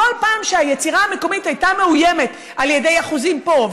בכל פעם שהיצירה המקומית הייתה מאוימת על ידי אחוזים פה,